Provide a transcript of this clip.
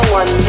one